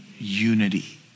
unity